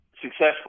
successful